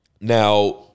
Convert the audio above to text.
Now